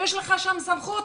שיש לך שם סמכות,